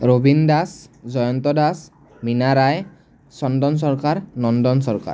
Rabin Das Jayanta Das Meena Roy Chandan Sarkar Nandan Sarkar